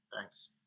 thanks